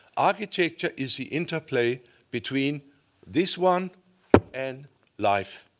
architecture is the interplay between this one and life.